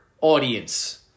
audience